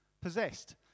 possessed